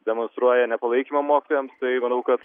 demonstruoja nepalaikymą mokytojams tai manau kad